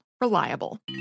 Reliable